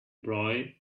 boy